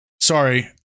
Sorry